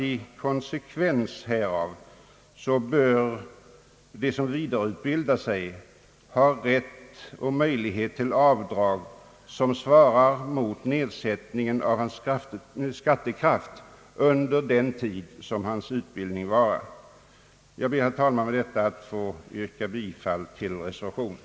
I konsekvens härmed bör de som vidareutbildar sig ha rätt och möjlighet att göra avdrag som svarar mot nedsättningen av deras skatteförmåga under den tid utbildningen varar. Jag ber, herr talman, att med det anförda få yrka bifall till reservationen.